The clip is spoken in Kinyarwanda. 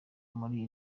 muri